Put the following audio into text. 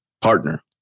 partner